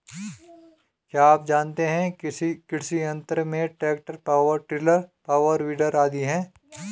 क्या आप जानते है कृषि यंत्र में tractor, power tiller, power weeder आदि है?